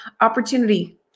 Opportunity